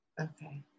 Okay